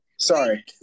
sorry